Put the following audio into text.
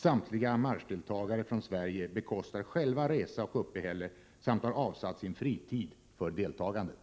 Samtliga marschdeltagare från Sverige bekostar själva resa och uppehälle samt har avsatt sin fritid för deltagandet.